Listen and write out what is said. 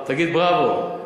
תגיד "בראבו".